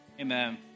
Amen